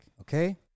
Okay